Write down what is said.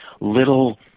little